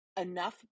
enough